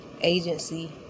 agency